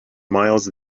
miles